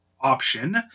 option